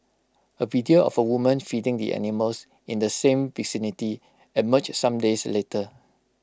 A video of A woman feeding the animals in the same vicinity emerged some days later